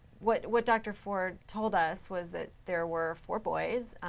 what what dr. ford told us was that there were four boys.